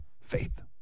Faith